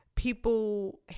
people